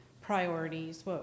priorities